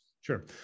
sure